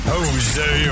Jose